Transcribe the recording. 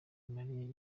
bimariye